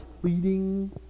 pleading